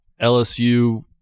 LSU